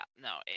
no